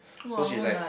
so she's like